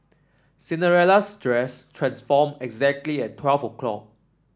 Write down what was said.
Cinderella's dress transformed exactly at twelve o'clock